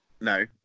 No